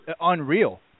unreal